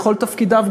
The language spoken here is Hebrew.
בכל תפקידיו,